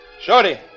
Shorty